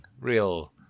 Real